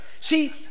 see